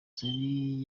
zari